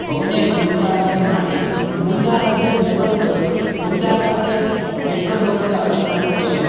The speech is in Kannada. ಅವನೇ ಮುಂದಾಳಾಗಿ ಮಾಡಿ ಮುಂದಾಳಾಗೇ ನಿತ್ಕಂಡು ಮುಂದಾಳಾಗೇ ನೆಡ್ಕಂಡು ಹೋಗ್ತಾ ಅವ ನಮಗೆ